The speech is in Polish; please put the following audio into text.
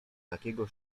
takiego